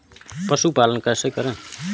पशुपालन कैसे करें?